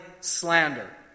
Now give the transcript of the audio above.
slander